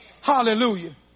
Hallelujah